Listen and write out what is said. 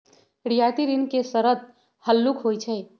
रियायती ऋण के शरत हल्लुक होइ छइ